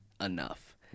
enough